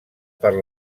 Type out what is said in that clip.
per